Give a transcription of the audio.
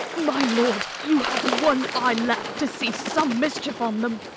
my lord, you have one eye left to see some mischief on him.